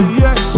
yes